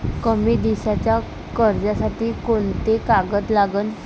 कमी दिसाच्या कर्जासाठी कोंते कागद लागन?